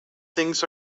things